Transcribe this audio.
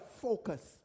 focus